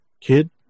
kid